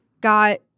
got